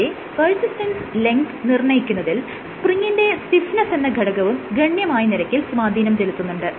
ഇവിടെ persistence length നിർണയിക്കുന്നതിൽ സ്പ്രിങിന്റെ സ്റ്റിഫ്നെസ്സ് എന്ന ഘടകവും ഗണ്യമായ നിരക്കിൽ സ്വാധീനം ചെലുത്തുന്നുണ്ട്